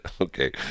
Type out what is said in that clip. Okay